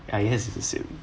I heard is assumed